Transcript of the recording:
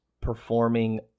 performing